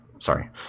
Sorry